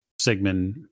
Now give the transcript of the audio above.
Sigmund